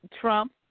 Trump